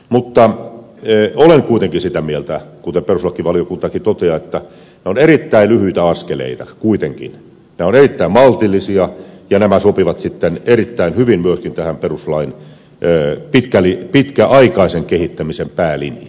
mutta olen kuitenkin sitä mieltä kuten perustuslakivaliokuntakin toteaa että ne ovat erittäin lyhyitä askeleita kuitenkin ne ovat erittäin maltillisia ja nämä sopivat sitten erittäin hyvin myöskin tähän perustuslain pitkäaikaisen kehittämisen päälinjaan